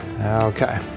okay